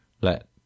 let